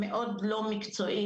היא מאוד לא מקצועית,